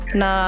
na